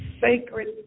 sacred